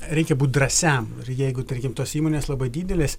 reikia būt drąsiam ir jeigu tarkim tos įmonės labai didelės